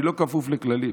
אני לא כפוף לכללים,